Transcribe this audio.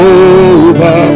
over